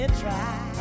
try